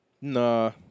Nah